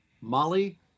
Molly